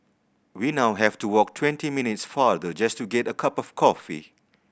we now have to walk twenty minutes farther just to get a cup of coffee